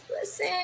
listen